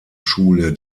schule